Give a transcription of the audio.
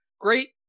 Great